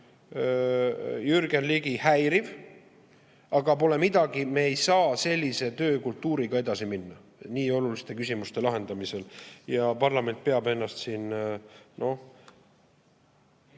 Jürgen Ligi, aga pole midagi. Me ei saa sellise töökultuuriga edasi minna nii oluliste küsimuste lahendamisel. Parlament peab ennast siin ...